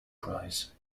prize